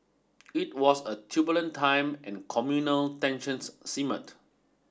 it was a turbulent time and communal tensions simmered